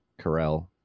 Carell